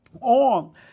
on